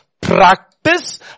practice